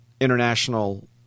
international